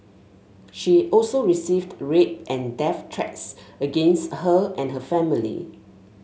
she also received rape and death threats against her and her family